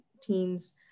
teens